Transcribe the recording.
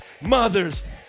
mothers